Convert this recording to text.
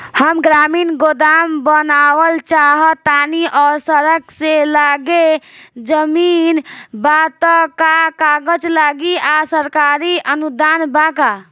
हम ग्रामीण गोदाम बनावल चाहतानी और सड़क से लगले जमीन बा त का कागज लागी आ सरकारी अनुदान बा का?